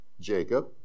Jacob